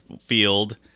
field